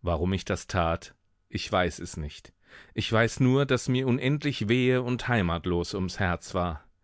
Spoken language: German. warum ich das tat ich weiß es nicht ich weiß nur daß mir unendlich wehe und heimatlos ums herz war